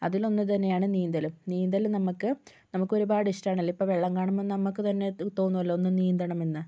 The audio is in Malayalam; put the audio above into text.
അതിൽ ഒന്ന് തന്നെയാണ് നീന്തലും നീന്തല് നമുക്ക് നമുക്കൊരുപാട് ഇഷ്ടമാണ് ഇപ്പോൾ വെള്ളം കാണുമ്പോൾ നമുക്ക് തന്നെ തോന്നുമല്ലോ ഒന്ന് നീന്തണമെന്ന്